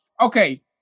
Okay